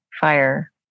fire